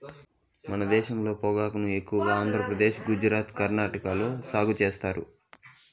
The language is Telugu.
మన దేశంలో పొగాకును ఎక్కువగా ఆంధ్రప్రదేశ్, గుజరాత్, కర్ణాటక లో సాగు చేత్తారు